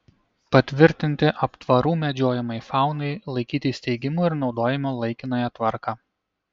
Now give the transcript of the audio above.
patvirtinti aptvarų medžiojamajai faunai laikyti steigimo ir naudojimo laikinąją tvarką